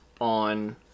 on